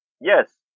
Yes